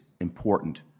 important